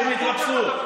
שום התרפסות.